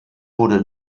wurde